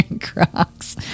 Crocs